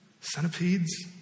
centipedes